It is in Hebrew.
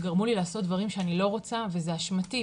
גרמו לי לעשות דברים שאני לא רוצה וזה אשמתי,